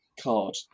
card